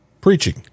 preaching